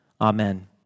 Amen